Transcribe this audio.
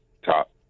Top